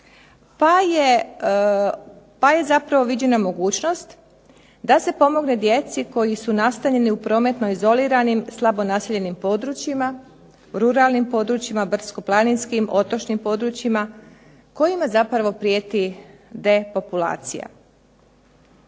pa je zapravo viđena mogućnost da se pomogne djeci koji su nastanjeni u prometno izoliranim, slabo naseljenim područjima, ruralnim područjima, brdsko-planinskim, otočnim područjima kojima zapravo prijeti depopulacija.